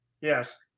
Yes